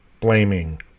blaming